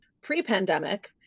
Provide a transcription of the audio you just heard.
pre-pandemic